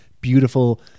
beautiful